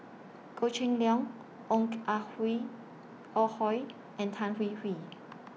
Goh Cheng Liang Ong Ah Hui Ah Hoi and Tan Hwee Hwee